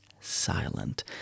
silent